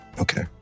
Okay